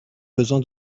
besoin